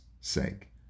sake